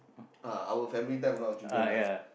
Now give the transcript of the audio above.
uh our family time a lot of children ah